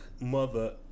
mother